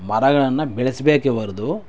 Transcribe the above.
ಮರಗಳನ್ನು ಬೆಳೆಸಬೇಕೇ ಹೊರ್ತು